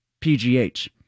PGH